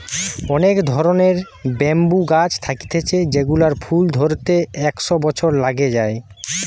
অনেক ধরণের ব্যাম্বু গাছ থাকতিছে যেগুলার ফুল ধরতে একশ বছর লাগে যায়